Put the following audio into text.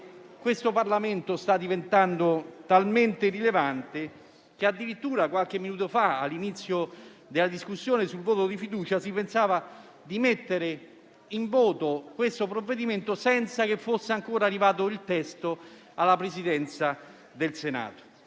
Questo Parlamento sta diventando talmente irrilevante che addirittura, qualche minuto fa, a conclusione della discussione sul voto di fiducia, si pensava di poter mettere in voto questo provvedimento senza che fosse ancora arrivato il testo alla Presidenza del Senato.